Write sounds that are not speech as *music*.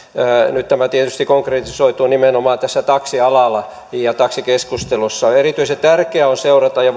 nyt tämä tietysti konkretisoituu nimenomaan tässä taksialalla ja taksikeskustelussa erityisen tärkeää on seurata ja *unintelligible*